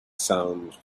sound